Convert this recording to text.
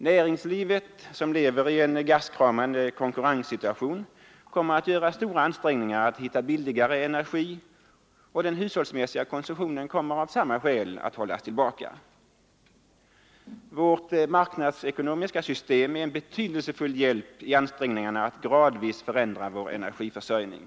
Näringslivet, som lever i en gastkramande konkurrenssituation, kommer att göra stora ansträngningar att hitta billigare energi, och den hushållsmässiga konsumtionen kommer av samma skäl att hållas tillbaka. Vårt marknadsekonomiska system är en betydelsefull hjälp i ansträngningarna att gradvis förändra vår energiförsörjning.